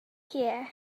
here